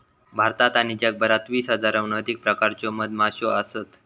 भारतात आणि जगभरात वीस हजाराहून अधिक प्रकारच्यो मधमाश्यो असत